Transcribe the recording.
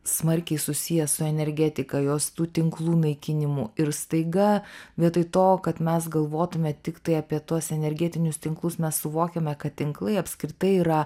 smarkiai susijęs su energetika jos tų tinklų naikinimu ir staiga vietoj to kad mes galvotume tiktai apie tuos energetinius tinklus mes suvokiame kad tinklai apskritai yra